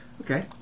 Okay